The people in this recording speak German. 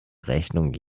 rechnung